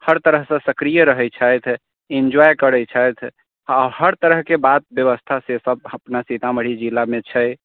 हर तरहसँ सक्रिय रहै छथि एन्जॉय करै छथि आओर हर तरहके बात बेबस्थासँ सब अपना सीतामढ़ी जिलामे छै